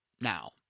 now